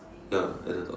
ya at the top